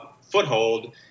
foothold